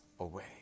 away